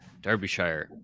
Derbyshire